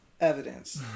evidence